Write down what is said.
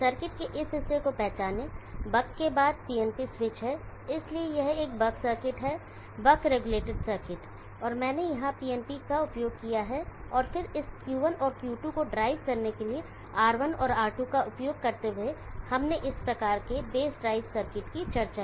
circuit के इस हिस्से को पहचानें बक के बाद PNP स्विच है इसलिए यह एक बक सर्किट है बक रेगुलेटेड सर्किटऔर मैंने यहां PNP का उपयोग किया है और फिर इस Q1 और Q2 को ड्राइव करने के लिए R1 और R2 का उपयोग करते हुए हमने इस प्रकार के बेस ड्राइव सर्किट की चर्चा की